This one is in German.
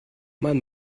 man